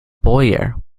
bowyer